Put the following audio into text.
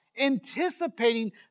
anticipating